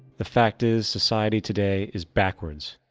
the fact is, society today is backwards,